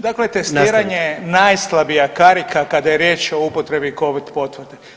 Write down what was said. Dakle testiranje je najslabija karika kada je riječ o upotrebi Covid potvrde.